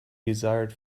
desired